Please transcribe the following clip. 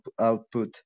output